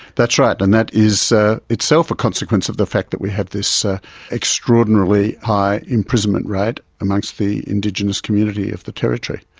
that's right, and that is ah itself a consequence of the fact that we have this ah extraordinarily high imprisonment rate amongst the indigenous community of the territory.